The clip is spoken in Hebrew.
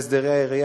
בהסדרי הראייה,